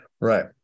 right